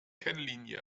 kennlinie